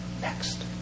next